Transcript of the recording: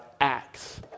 acts